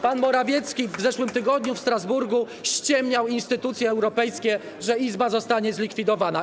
Pan Morawiecki w zeszłym tygodniu w Strasburgu ściemniał instytucjom europejskim, że izba zostanie zlikwidowana.